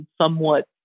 somewhat